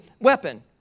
weapon